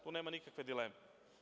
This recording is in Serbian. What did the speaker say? Tu nema nikakve dileme.